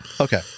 Okay